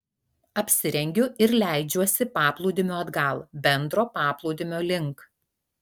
apsirengiu ir leidžiuosi paplūdimiu atgal bendro paplūdimio link